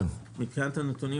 מבחינת הנתונים,